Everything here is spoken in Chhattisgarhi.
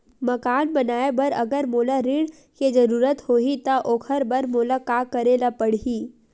मकान बनाये बर अगर मोला ऋण के जरूरत होही त ओखर बर मोला का करे ल पड़हि?